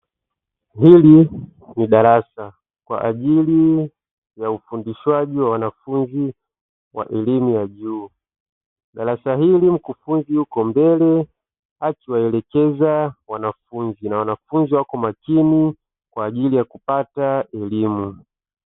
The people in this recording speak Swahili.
Hili ni darasa kwa ajili ya ufundishwaji wa wanafunzi wa elimu ya juu. Darasa hili mkufunzi huko mbele aki waelekeza wanafunzi na wanafunzi wako makini kwa ajili ya kupata elimu.